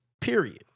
Period